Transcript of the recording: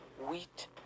wheat